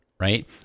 right